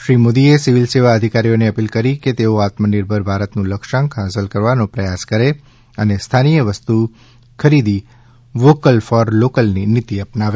શ્રી મોદીએ સિવિલ સેવા અધિકારીઓને અપીલ કરી કે તેઓ આત્મનિર્ભર ભારતનું લક્ષ્ય હાંસલ કરવાનો પ્રયાસ કરે અને સ્થાનિય વસ્તુ ખરીદી વોકલ ફોર લોકલ ની નીતિને અપનાવે